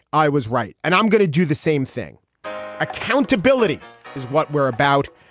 i was right and i'm going to do the same thing accountability is what we're about,